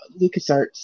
LucasArts